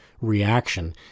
reaction